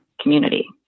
community